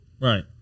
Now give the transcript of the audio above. Right